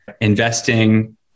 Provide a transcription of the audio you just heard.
investing